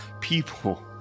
people